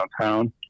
downtown